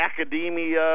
academia